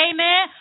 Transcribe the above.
Amen